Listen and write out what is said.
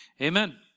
Amen